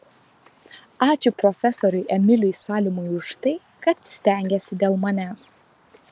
ačiū profesoriui emiliui salimui už tai kad stengėsi dėl manęs